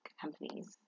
companies